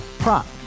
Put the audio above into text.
Prop